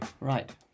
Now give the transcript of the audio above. right